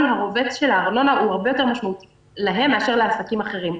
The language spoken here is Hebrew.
הרובץ של הארנונה הוא הרבה יותר משמעותי להם מאשר לעסקים אחרים.